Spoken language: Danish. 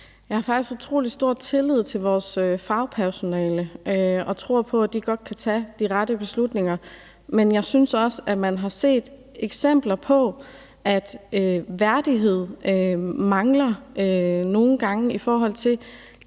Jeg har faktisk utrolig stor tillid til vores fagpersonale, og jeg tror på, at de godt kan tage de rette beslutninger. Men jeg synes også, at man har set eksempler på, at værdigheden nogle gange mangler, i forhold til